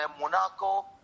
Monaco